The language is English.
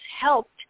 helped